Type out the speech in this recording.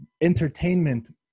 entertainment